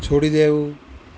છોડી દેવું